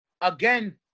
again